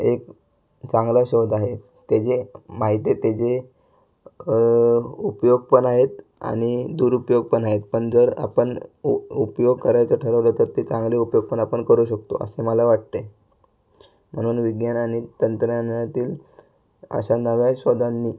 एक चांगला शोध आहे त्याची माहिती त्याची उपयोग पण आहेत आणि दुरुपयोग पण आहेत पण जर आपण उ उपयोग करायचं ठरवलं तर ते चांगले उपयोग पण आपण करू शकतो असं मला वाटते म्हणून विज्ञान आणि तंत्रज्ञानातील अशा नव्या शोधांनी